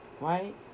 right